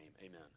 Amen